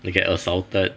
they get assaulted